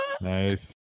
Nice